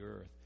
earth